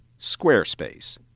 Squarespace